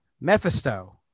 Mephisto